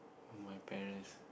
oh my parents